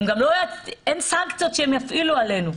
אין סנקציות שהם יפעילו עלינו.